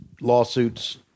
Lawsuits